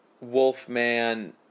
Wolfman